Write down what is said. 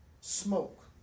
smoke